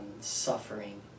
suffering